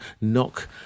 knock